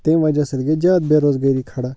تَمۍ وجہ سۭتۍ گٔے زیادٕ بے روزگٲری کھڑا